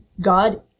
God